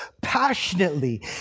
passionately